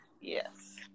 Yes